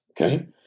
okay